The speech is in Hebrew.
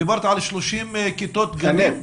דיברת על 30 כיתות גנים.